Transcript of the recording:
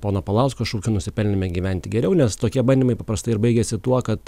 pono paulausko šūkiu nusipelnėme gyventi geriau nes tokie bandymai paprastai ir baigiasi tuo kad